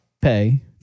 pay